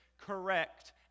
correct